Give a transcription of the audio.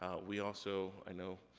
ah we also, i know,